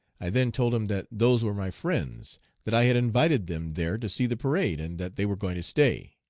i then told him that those were my friends that i had invited them there to see the parade, and that they were going to stay.